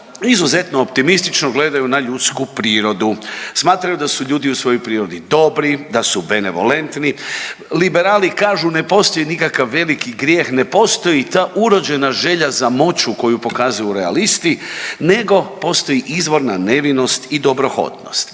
izuzetno optimistično gledaju na ljudsku prirodu. Smatraju da su ljudi u svojoj prirodi dobri, da su benevolentni. Liberali kažu ne postoji nikakav veliki grijeh, ne postoji ta urođena želja za moć koju prikazuju realisti, nego postoji izvorna nevinost i dobrohotnost.